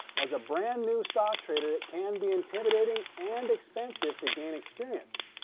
as a brand new stock trader, it can be intimidating and expensive to gain experience.